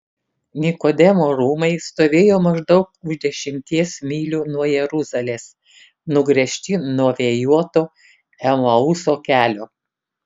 nikodemo rūmai stovėjo maždaug už dešimties mylių nuo jeruzalės nugręžti nuo vėjuoto emauso kelio